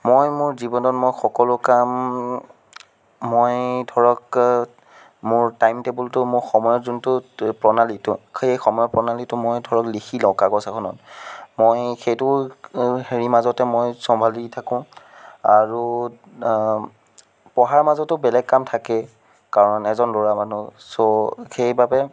মই মোৰ জীৱনত মই সকলো কাম মই ধৰক মোৰ টাইম টেবুলটো মোৰ সময়ৰ যোনটো প্ৰণালীটো সেই সময় প্ৰণালীটো মই ধৰক লিখি লওঁ কাগজ এখনত মই সেইটো হেৰিৰ মাজতে মই চম্ভালি থাকো আৰু পঢ়াৰ মাজতো বেলেগ কাম থাকে কাৰণ এজন ল'ৰা মানুহ চ' সেইবাবে